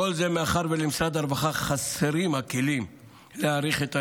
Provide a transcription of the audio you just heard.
כל זה מאחר שלמשרד הרווחה חסרים הכלים להעריך את הארגון,